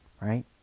right